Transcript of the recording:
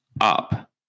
up